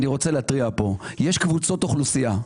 אני רוצה להתריע פה שיש קבוצות אוכלוסייה,